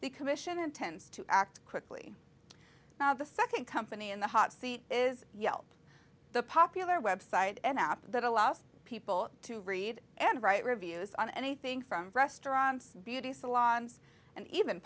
the commission intends to act quickly now the second company in the hot seat is yelp the popular website an app that allows people to read and write reviews on anything from restaurants beauty salons and even